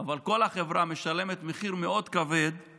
אבל כל החברה משלמת מחיר מאוד כבד על